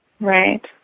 right